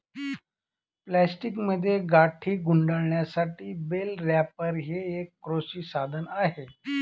प्लास्टिकमध्ये गाठी गुंडाळण्यासाठी बेल रॅपर हे एक कृषी साधन आहे